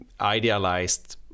idealized